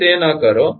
તેથી તે ન કરો